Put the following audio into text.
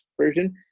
version